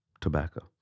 tobacco